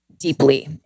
Deeply